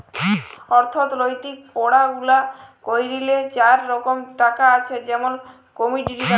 অথ্থলিতিক পড়াশুলা ক্যইরলে চার রকম টাকা আছে যেমল কমডিটি টাকা